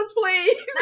please